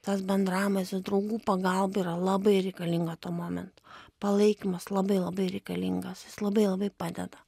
tas bendravimas ir draugų pagalba yra labai reikalinga tuo momentu palaikymas labai labai reikalingas jis labai labai padeda